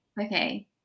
Okay